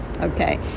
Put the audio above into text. okay